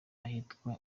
ahitwa